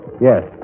Yes